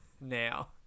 now